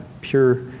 pure